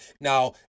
Now